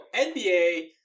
NBA